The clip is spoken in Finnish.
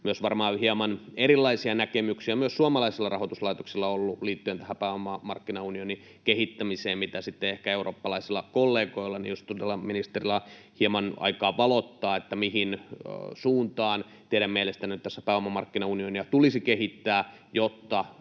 on varmaan hieman erilaisia näkemyksiä myös suomalaisilla rahoituslaitoksilla ollut liittyen tähän pääomamarkkinaunionin kehittämiseen kuin mitä sitten ehkä eurooppalaisilla kollegoilla. Eli jos todella ministerillä on hieman aikaa valottaa, mihin suuntaan teidän mielestänne nyt pääomamarkkinaunionia tulisi kehittää, jotta